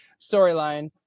storyline